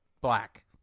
black